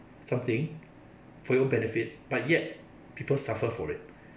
something for your benefit but yet people suffer for it